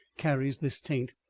carries this taint.